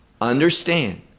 Understand